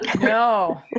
No